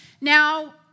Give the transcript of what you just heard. Now